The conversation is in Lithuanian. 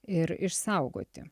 ir išsaugoti